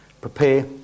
prepare